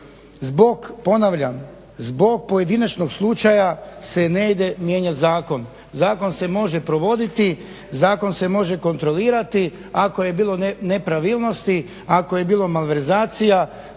zbog, ponavljam, zbog pojedinačnog slučaja se ne ide mijenjat zakon. Zakon se može provoditi, zakon se može kontrolirati, ako je bilo nepravilnosti, ako je bilo malverzacija,